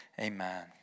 amen